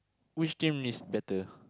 which team is better